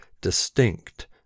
distinct